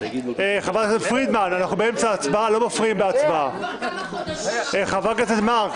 כבר כמה חודשים --- חברת הכנסת מארק,